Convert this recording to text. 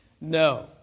No